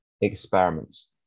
experiments